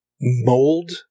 mold